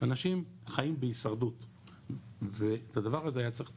אנשים חיים בהישרדות ואת הדבר הזה היה צריך לתקן.